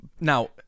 now